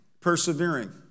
Persevering